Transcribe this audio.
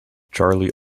charlie